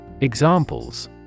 Examples